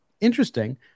interesting